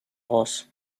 horse